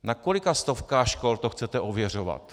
Na kolika stovkách škol to chcete ověřovat?